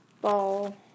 ball